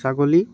ছাগলী